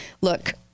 look